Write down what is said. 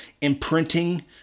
imprinting